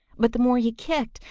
but the more he kicked,